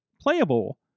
playable